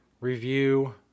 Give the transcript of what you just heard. review